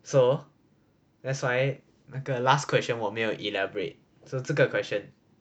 so that's why 那个 last question 我没有 elaborate so 这个 question